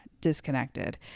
disconnected